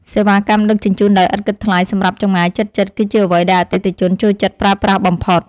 សេវាកម្មដឹកជញ្ជូនដោយឥតគិតថ្លៃសម្រាប់ចម្ងាយជិតៗ គឺជាអ្វីដែលអតិថិជនចូលចិត្តប្រើប្រាស់បំផុត។